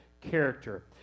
character